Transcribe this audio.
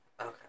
Okay